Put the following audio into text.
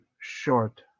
short